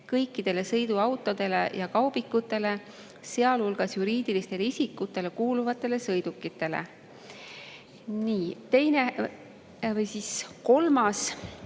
kõikidele sõiduautodele ja kaubikutele, sealhulgas juriidilistele isikutele kuuluvatele sõidukitele. Kolmas